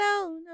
alone